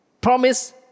promise